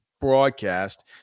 broadcast